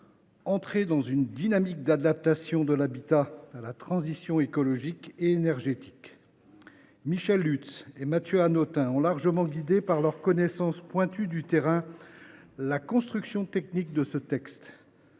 entrer dans une dynamique d’adaptation de l’habitat à la transition écologique et énergétique. Michèle Lutz et Mathieu Hanotin ont largement guidé, par leur connaissance pointue du terrain, la construction technique de ce texte.